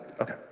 okay